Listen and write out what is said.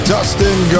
Dustin